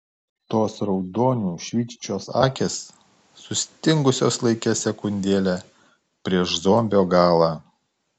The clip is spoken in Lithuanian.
tos raudoniu švytinčios akys sustingusios laike sekundėlę prieš zombio galą